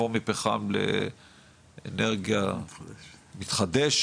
להפעיל אותן ולחכות כמו מפל מים לרגע שתגיד להן להיכנס,